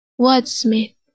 wordsmith